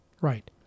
right